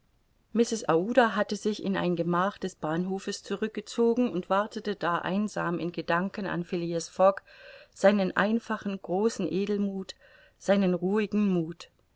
hatte sich in ein gemach des bahnhofes zurückgezogen und wartete da einsam in gedanken an phileas fogg seinen einfachen großen edelmuth seinen ruhigen muth